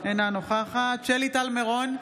אינה נוכחת שלי טל מירון,